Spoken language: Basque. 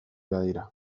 badira